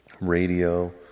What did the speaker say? radio